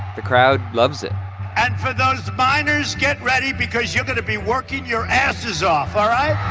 the crowd loves it and for those miners, get ready because you're going to be working your asses off, all right?